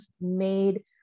made